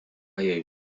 jej